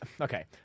okay